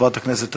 חברת הכנסת עזריה.